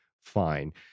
fine